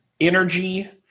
energy